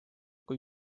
kui